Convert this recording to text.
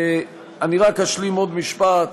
אני רק אשלים עוד משפט: